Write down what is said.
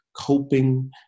coping